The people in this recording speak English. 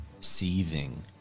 seething